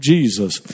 Jesus